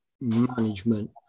management